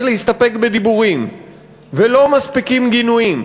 להסתפק בדיבורים ולא מספיקים גינויים,